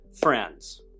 friends